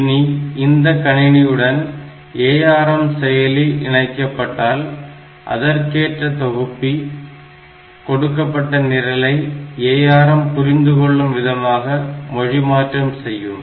இனி இந்த கணினியுடன் ARM செயலி இணைக்கப்பட்டால் அதற்கேற்ற தொகுப்பி கொடுக்கப்பட்ட நிரலை ARM புரிந்து கொள்ளும் விதமாக மொழிமாற்றம் செய்யும்